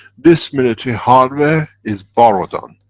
this military hardware is borrowed on.